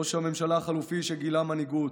ראש הממשלה החליפי, שגילה מנהיגות,